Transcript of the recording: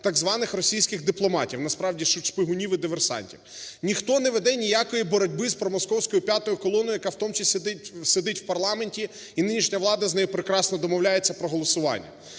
так званих російських дипломатів, насправді шпигунів і диверсантів. Ніхто не веде ніякої боротьби з промосковською п'ятою колоною, яка в тому числі сидить в парламенті, і нинішня влада з нею прекрасно домовляється про голосуванні.